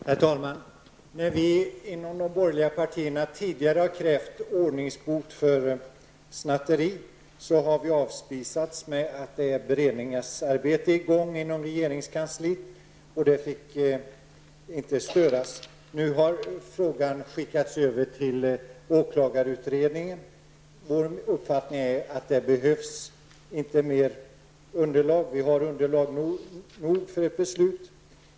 Herr talman! När vi inom de borgerliga partierna tidigare har krävt ordningsbot för snatteri har vi avspisats med att det inom regeringskansliet pågick ett beredningsarbete, som inte fick störas. Nu har frågan skickats över till åklagarutredningen. Vår uppfattning är att det inte behövs mer underlag. Vi har nog med underlag för ett beslut.